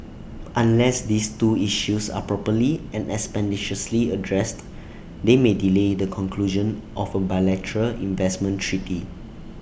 unless these two issues are properly and expeditiously addressed they may delay the conclusion of A bilateral investment treaty